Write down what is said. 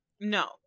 No